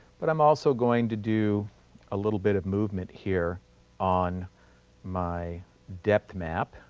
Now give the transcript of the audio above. but i'm also going to do a little bit of movement here on my depth map.